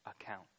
account